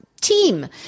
team